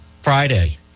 Friday